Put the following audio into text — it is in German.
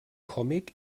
comic